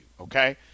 okay